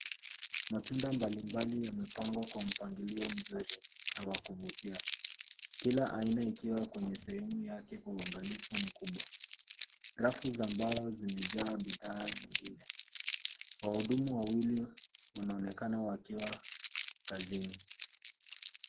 Matunda mbalimbali yamepangwa kwa mpangilio mzuri na wakuvutia. Kila aina ikiwa kwenye sehemu yake kwa uangalifu mkubwa rafu za mbao zimejaa bidhaa zingine wahudumu wawili wanaonekana wakiwa kazini